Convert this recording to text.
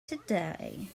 today